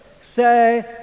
say